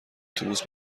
اتوبوس